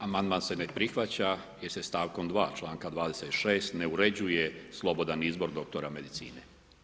Amandman se ne prihvaća jer se stavkom 2 članka 26 ne uređuje slobodan izbor doktora medicine.